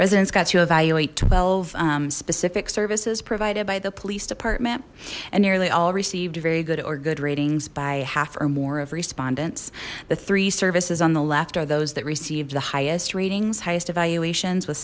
residents got to evaluate twelve specific services provided by the police department and nearly all received very good or good ratings by half or more of respondents the three services on the left are those that received the highest ratings highest evaluations with